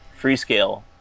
Freescale